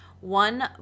one